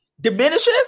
diminishes